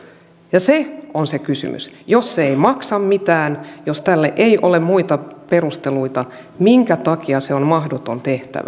se on se kysymys jos se ei maksa mitään jos tälle ei ole muita perusteluita minkä takia se on mahdoton tehtävä